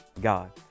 God